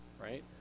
right